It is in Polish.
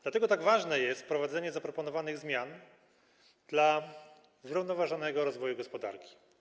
Dlatego tak ważne jest wprowadzenie zaproponowanych zmian dla zrównoważonego rozwoju gospodarki.